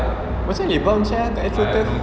macam mana boleh bounce sia kat escalator